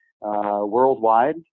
worldwide